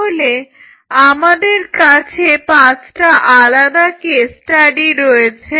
তাহলে আমাদের কাছে পাঁচটা আলাদা কেস স্টাডি রয়েছে